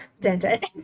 Dentist